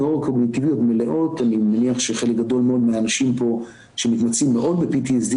כולנו יודעים שאם יש משהו שלא עובד ב-PTSD